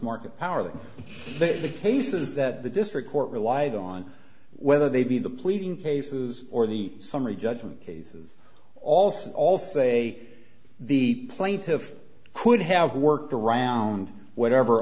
market power the cases that the district court relied on whether they be the pleading cases or the summary judgment cases also all say the plaintiff could have worked around whatever